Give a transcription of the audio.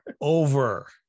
over